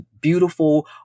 beautiful